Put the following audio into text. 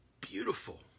beautiful